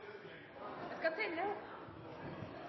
jeg til